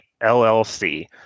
LLC